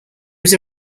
was